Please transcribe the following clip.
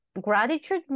gratitude